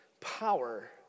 power